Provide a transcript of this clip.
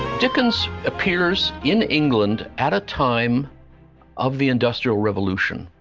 dickens appears in england at a time of the industrial revolution,